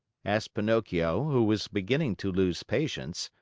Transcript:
asked pinocchio, who was beginning to lose patience.